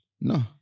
No